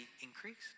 increased